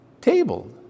table